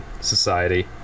society